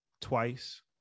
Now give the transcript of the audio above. twice